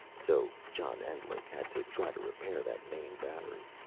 so john endlich had to try to repair that main battery.